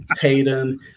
Hayden